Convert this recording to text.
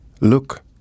look